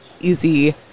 easy